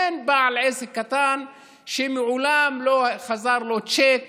אין בעל עסק קטן שמעולם לא חזר לו צ'ק